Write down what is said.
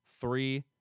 Three